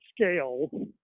scale